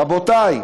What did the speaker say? רבותי,